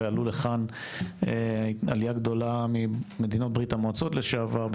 ועלו לכאן בעלייה גדולה ממדינות ברית המועצות לשעבר,